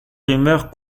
rumeurs